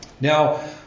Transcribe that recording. now